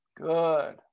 Good